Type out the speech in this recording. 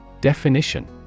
Definition